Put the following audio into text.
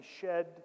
shed